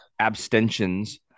abstentions